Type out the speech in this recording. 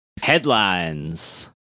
Headlines